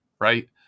right